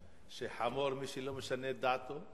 שחמור מי שלא משנה את דעתו.